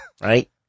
right